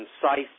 concise